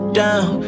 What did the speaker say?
down